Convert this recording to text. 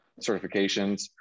certifications